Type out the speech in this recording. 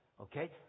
Okay